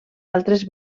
altres